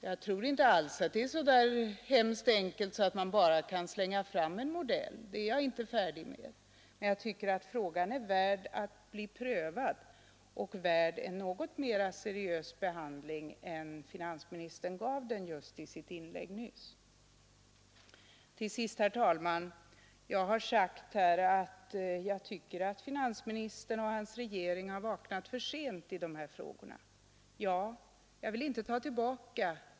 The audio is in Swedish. Jag tror inte alls att det är så enkelt att man bara kan slänga fram en modell — det är jag inte färdig att göra men jag tycker att frågan är värd att bli prövad, värd en något mera seriös behandling än finansministern gav den i sitt inlägg nyss. Herr talman! Jag har här sagt att jag tycker att finansministern och hans regering har vaknat för sent när det gäller dessa frågor, och det vill jag inte ta tillbaka.